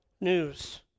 news